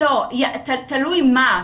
תלוי מה.